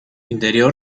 interior